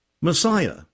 Messiah